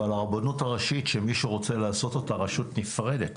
אבל הרבנות הראשית מי שרוצה לעשות אותה רשות נפרדת,